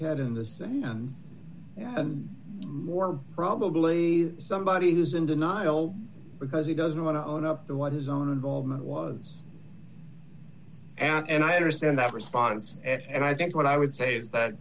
head in this and more probably somebody who's in denial because he doesn't want to own up to what his own involvement was and i understand that response and i think what i would say that